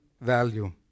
value